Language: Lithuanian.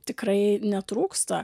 tikrai netrūksta